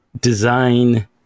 design